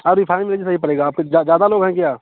आप रिफाइंड लीजिए सही पड़ेगा आपको ज़्यादा लोग हैं क्या